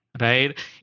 right